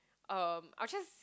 um I'll just